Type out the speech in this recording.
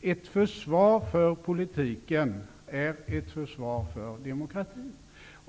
Ett försvar för politiken är ett försvar för demokratin.